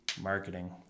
Marketing